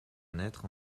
naître